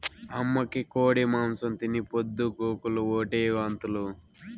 అమ్మకి కోడి మాంసం తిని పొద్దు గూకులు ఓటే వాంతులు